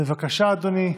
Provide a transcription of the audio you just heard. בבקשה, אדוני.